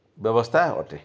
ବ୍ୟବସ୍ଥା ଅଟେ